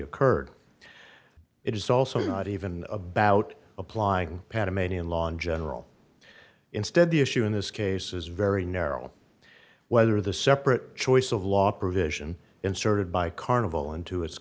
occurred it is also not even about applying panamanian law in general instead the issue in this case is very narrow whether the separate choice of law provision inserted by carnival into